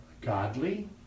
godly